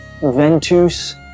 Ventus